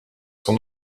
son